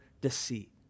deceit